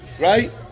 right